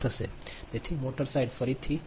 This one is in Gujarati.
8 થશે તેથી મોટર સાઈડ ફરીથી તે 11 કે